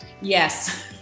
yes